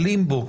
של לימבו,